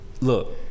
Look